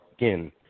again